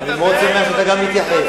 אני שמח מאוד שגם אתה מתייחס.